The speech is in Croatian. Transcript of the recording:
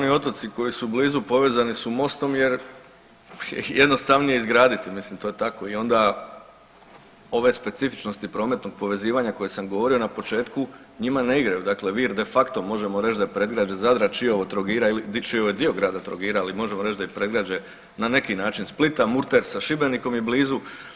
Dakle, oni otoci koji su blizu povezani su mostom jer ih je jednostavnije izgraditi, mislim to je tako i onda ove specifičnosti prometnog povezivanja koje sam govorio na početku njima ne igraju, dakle Vir de facto možemo reć da je predgrađe Zadra, Čiovo Trogira ili čiji je dio grada Trogira, ali možemo reć da je predgrađe na neki način Splita, Murter sa Šibenikom i blizu.